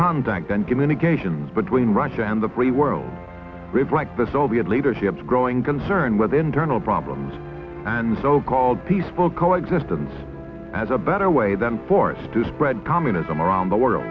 contact and communications between russia and the bray world reflect the soviet leadership growing concern with internal problems and so called peaceful coexistence as a better way than force to spread communism around the world